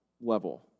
level